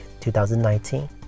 2019